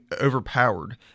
overpowered